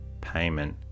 payment